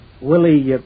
Willie